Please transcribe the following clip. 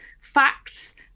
facts